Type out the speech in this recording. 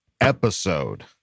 episode